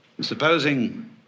Supposing